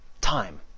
time